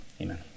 Amen